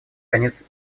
конец